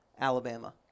Alabama